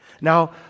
Now